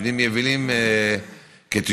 מבנים יבילים כ-90,